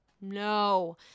No